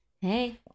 Hey